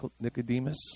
Nicodemus